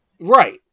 Right